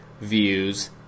views